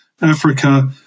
Africa